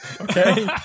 Okay